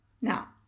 Now